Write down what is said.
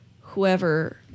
whoever –